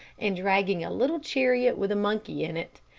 and dragging a little chariot with a monkey in it,